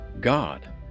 God